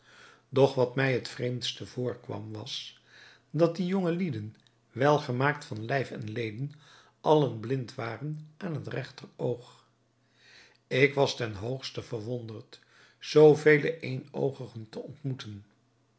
doch wat mij het vreemdste voorkwam was dat die jonge lieden welgemaakt van lijf en leden allen blind waren aan het regter oog ik was ten hoogste verwonderd zoo vele éénoogigen te ontmoeten